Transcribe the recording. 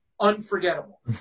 unforgettable